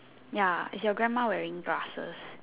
ya is your grandma wearing glasses